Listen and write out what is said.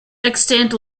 extant